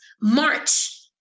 March